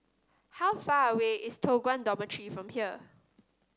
how far away is Toh Guan Dormitory from here